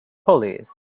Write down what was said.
pulleys